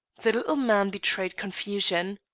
the little man betrayed confusion.